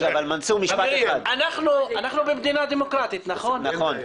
אנחנו במדינה דמוקרטית, נכון?